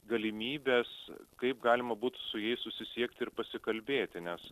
galimybes kaip galima būtų su jais susisiekti ir pasikalbėti nes